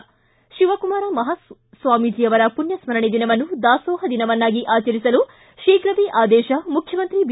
ಿ ಶಿವಕುಮಾರ್ ಸ್ವಾಮೀಜಿ ಅವರ ಪುಣ್ಯಸ್ಕರಣೆ ದಿನವನ್ನು ದಾಸೋಹ ದಿನವನ್ನಾಗಿ ಆಚರಿಸಲು ಶೀಘವೇ ಆದೇಶ ಮುಖ್ಚಮಂತ್ರಿ ಬಿ